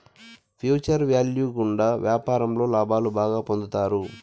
future value గుండా వ్యాపారంలో లాభాలు బాగా పొందుతారు